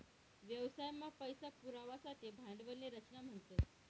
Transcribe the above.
व्यवसाय मा पैसा पुरवासाठे भांडवल नी रचना म्हणतस